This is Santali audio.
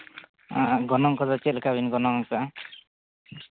ᱟᱨ ᱜᱚᱱᱚᱝ ᱠᱚᱫᱚ ᱪᱮᱫ ᱞᱮᱠᱟ ᱵᱮᱱ ᱜᱚᱱᱚᱝ ᱠᱟᱜᱼᱟ